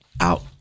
Out